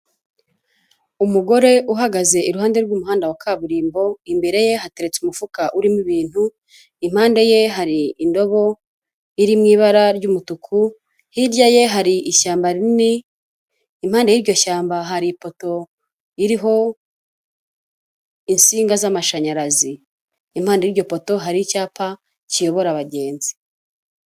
Umugore uhagaze iruhande rw'umuhanda wa kaburimbo, imbere ye hateretse umufuka urimo ibintu, impande ye hari indobo, iri mu ibara ry'umutuku, hirya ye hari ishyamba rinini, impande y'iryo shyamba hari ifoto iriho insinga z'amashanyarazi. Impande y'iryo poto hari icyapa kiyobora abagenzi.